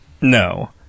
no